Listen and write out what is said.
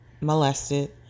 molested